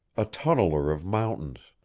a tunneler of mountains,